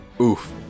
Oof